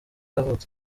yavutse